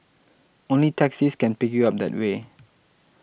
only taxis can pick you up that way